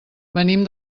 venim